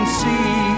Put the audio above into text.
see